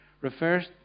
refers